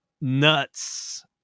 nuts